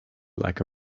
like